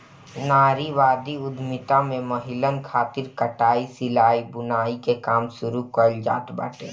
नारीवादी उद्यमिता में महिलन खातिर कटाई, सिलाई, बुनाई के काम शुरू कईल जात बाटे